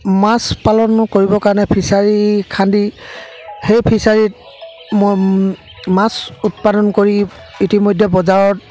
মাছ পালন কৰিবৰ কাৰণে ফিচাৰী খান্দি সেই ফিচাৰীত মই মাছ উৎপাদন কৰি ইতিমধ্যে বজাৰত